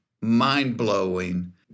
mind-blowing